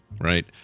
right